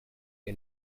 you